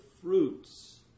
fruits